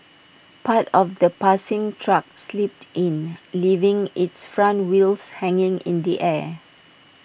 part of the passing truck slipped in leaving its front wheels hanging in the air